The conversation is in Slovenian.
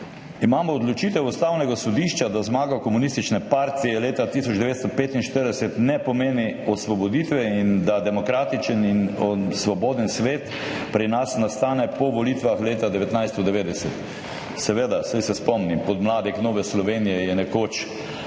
imamo odločitev Ustavnega sodišča, da zmaga Komunistične partije leta 1945 ne pomeni osvoboditve in da demokratičen in svoboden svet pri nas nastane po volitvah leta 1990. Seveda, saj se spomnim, podmladek Nove Slovenije je nekoč